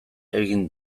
egin